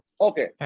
Okay